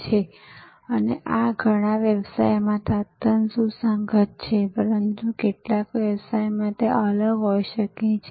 તેથી કલ્પના કરો કે આ બધા ડબ્બાને લગભગ 2 કલાકના ગાળામાં લેવામાં આવે છે અને પહોંચાડવામાં આવે છે